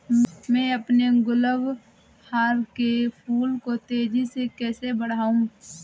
मैं अपने गुलवहार के फूल को तेजी से कैसे बढाऊं?